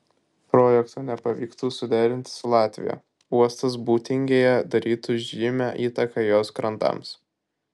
projekto nepavyktų suderinti su latvija uostas būtingėje darytų žymią įtaką jos krantams